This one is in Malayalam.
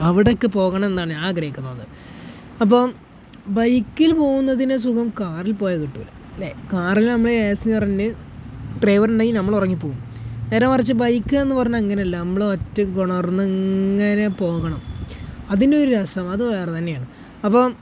അവിടെയൊക്കെ പോകണം എന്നാൽ ഞാൻ ആഗ്രഹിക്കുന്നത് അപ്പം ബൈക്കിൽ പോകുന്നതിൻ്റെ സുഖം കാറിൽ പോയാൽ കിട്ടില്ല അല്ലേ കാറില് നമ്മള് ഡ്രൈവറ്ണ്ടെങ്കി നമ്മളൊറങ്ങി പോവും നേരെ മറിച്ച് ബൈക്ക്ന്ന് പറഞ്ഞാ അങ്ങനെയല്ല നമ്മള് ഒറ്റയ്ക്ക് ഉണർന്നിങ്ങനെ പോകണം അതിൻ്റെ ഒരു രസം അത് വേറെ തന്നെയാണ് അപ്പം